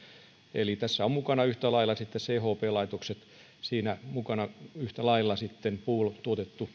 eli tässä ovat mukana yhtä lailla sitten chp laitokset ja siinä mukana yhtä lailla sitten puulla tuotetun